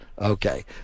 Okay